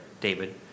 David